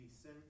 sin